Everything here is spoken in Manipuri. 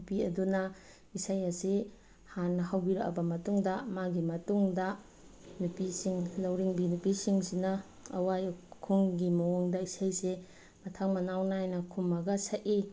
ꯅꯨꯄꯤ ꯑꯗꯨꯅ ꯏꯁꯩ ꯑꯁꯤ ꯍꯥꯟꯅ ꯍꯧꯕꯤꯔꯛꯑꯕ ꯃꯇꯨꯡꯗ ꯃꯥꯒꯤ ꯃꯇꯨꯡꯗ ꯅꯨꯄꯤꯁꯤꯡ ꯂꯧꯔꯤꯡꯕꯤ ꯅꯨꯄꯤꯁꯤꯡꯁꯤꯅ ꯑꯋꯥꯏ ꯑꯈꯨꯝꯒꯤ ꯃꯑꯣꯡꯗ ꯏꯁꯩꯁꯦ ꯃꯊꯪ ꯃꯅꯥꯎ ꯅꯥꯏꯅ ꯈꯨꯝꯃꯒ ꯁꯛꯏ